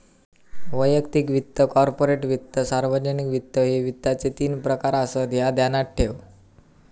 वैयक्तिक वित्त, कॉर्पोरेट वित्त, सार्वजनिक वित्त, ह्ये वित्ताचे तीन प्रकार आसत, ह्या ध्यानात ठेव